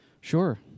sure